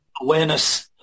awareness –